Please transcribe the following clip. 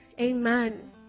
Amen